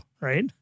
right